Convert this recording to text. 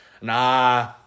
Nah